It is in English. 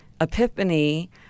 epiphany